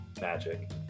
Magic